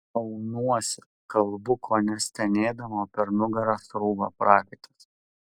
aunuosi kalbu kone stenėdama o per nugarą srūva prakaitas